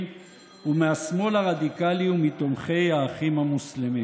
ומהשמאל הרדיקלי ומתומכי האחים המוסלמים,